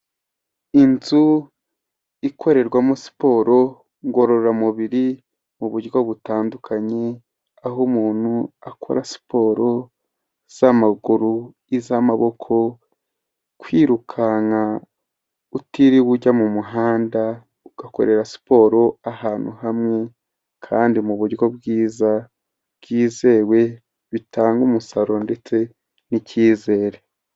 Inzu ikorerwamo siporo ngororamubiri mu buryo butandukanye, aho umuntu akora siporo z'amaguru, iz'amaboko, kwirukanka utiriwe ujya mu muhanda, ugakorera siporo ahantu hamwe kandi mu buryo bwiza bwizewe bitanga umusaruro ndetse n'icyizere.